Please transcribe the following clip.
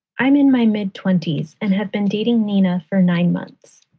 i'm in my mid twenty s and have been dating neenah for nine months.